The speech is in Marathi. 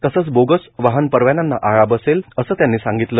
तसंच बोगस वाहन परवान्यांना आळा बसेल असं त्यांनी सांगितलं